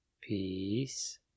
Peace